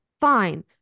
fine